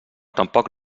tampoc